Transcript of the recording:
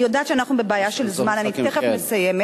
אני יודעת שאנחנו בבעיה של זמן, אני תיכף מסיימת.